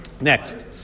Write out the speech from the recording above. Next